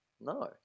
No